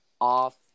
off